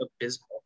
abysmal